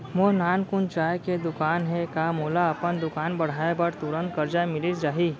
मोर नानकुन चाय के दुकान हे का मोला अपन दुकान बढ़ाये बर तुरंत करजा मिलिस जाही?